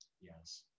Yes